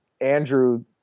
Andrew